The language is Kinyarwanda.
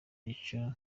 ica